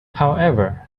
however